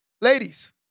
Ladies